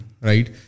Right